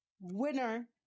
winner